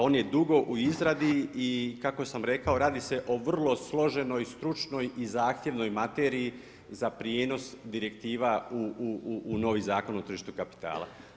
On je dugo u izradi i kako sam rekao radi se o vrlo složenoj, stručnoj i zahtjevnoj materiji za prijenos direktiva u novi Zakon o tržištu kapitala.